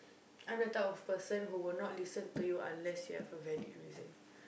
I'm the type of person who will not listen to you unless you have a valid reason